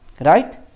right